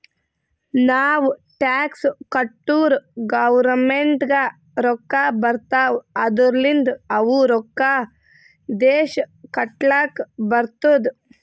ನಾವ್ ಟ್ಯಾಕ್ಸ್ ಕಟ್ಟುರ್ ಗೌರ್ಮೆಂಟ್ಗ್ ರೊಕ್ಕಾ ಬರ್ತಾವ್ ಅದೂರ್ಲಿಂದ್ ಅವು ರೊಕ್ಕಾ ದೇಶ ಕಟ್ಲಕ್ ಬರ್ತುದ್